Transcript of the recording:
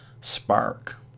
spark